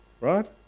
right